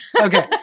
Okay